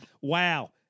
Wow